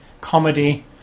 Comedy